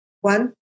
One